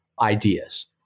ideas